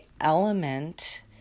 element